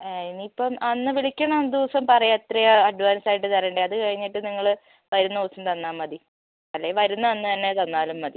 ഇനി ഇപ്പോൾ അന്ന് വിളിക്കുന്ന ദിവസം പറയാം എത്രയാണ് അഡ്വാൻസ് ആയിട്ട് തരേണ്ടത് അത് കഴിഞ്ഞിട്ട് നിങ്ങൾ വരുന്ന ദിവസം തന്നാൽ മതി അല്ലേ വരുന്ന അന്നുതന്നെ തന്നാലും മതി